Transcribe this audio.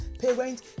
parent